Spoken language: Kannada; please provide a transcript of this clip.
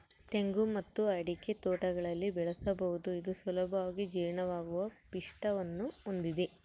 ತೆಂಗು ಮತ್ತು ಅಡಿಕೆ ತೋಟಗಳಲ್ಲಿ ಬೆಳೆಸಬಹುದು ಇದು ಸುಲಭವಾಗಿ ಜೀರ್ಣವಾಗುವ ಪಿಷ್ಟವನ್ನು ಹೊಂದಿದೆ